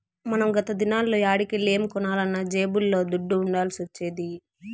మనం గత దినాల్ల యాడికెల్లి ఏం కొనాలన్నా జేబుల్ల దుడ్డ ఉండాల్సొచ్చేది